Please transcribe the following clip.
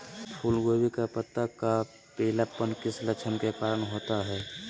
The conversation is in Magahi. फूलगोभी का पत्ता का पीलापन किस लक्षण के कारण होता है?